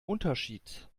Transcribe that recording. unterschied